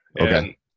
Okay